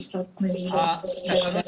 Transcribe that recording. התקנות